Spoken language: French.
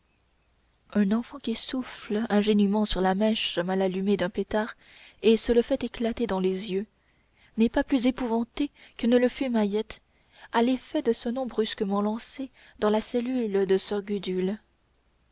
un enfant qui souffle ingénument sur la mèche mal allumée d'un pétard et se le fait éclater dans les yeux n'est pas plus épouvanté que ne le fut mahiette à l'effet de ce nom brusquement lancé dans la cellule de soeur gudule